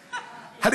שפאף,